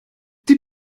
die